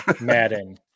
Madden